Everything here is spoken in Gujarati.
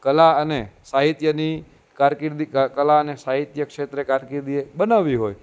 કલા અને સાહિત્યની કારકિર્દી ક કલા અને સાહિત્યની ક્ષેત્રે કારકિર્દી બનાવવી હોય તો